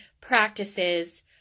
Practices